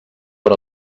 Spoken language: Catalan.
per